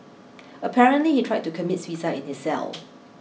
apparently he tried to commit suicide in his cell